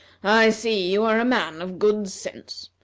i see you are a man of good sense.